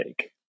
take